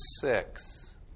six